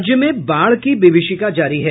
राज्य में बाढ की विभीषिका जारी है